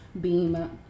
Beam